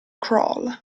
crawl